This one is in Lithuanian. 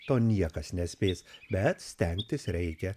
to niekas nespės bet stengtis reikia